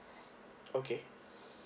okay